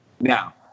Now